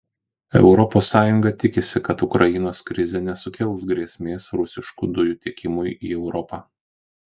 europos sąjunga tikisi kad ukrainos krizė nesukels grėsmės rusiškų dujų tiekimui į europą